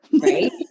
right